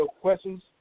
questions